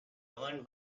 governed